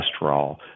cholesterol